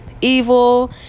evil